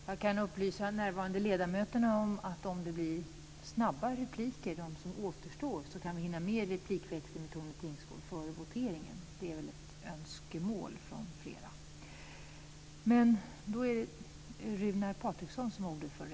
Jag kan upplysa de närvarande ledamöterna om att om de återstående replikerna blir snabba kan vi hinna med replikväxlingen med Tone Tingsgård före voteringen. Det är ett önskemål från flera.